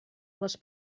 les